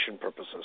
purposes